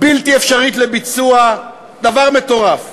בלתי אפשרית לביצוע, דבר מטורף.